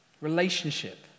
Relationship